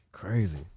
Crazy